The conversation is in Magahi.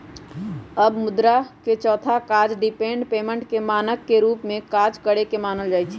अब मुद्रा के चौथा काज डिफर्ड पेमेंट के मानक के रूप में काज करेके न मानल जाइ छइ